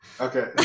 Okay